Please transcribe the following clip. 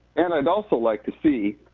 and i'd also like to see,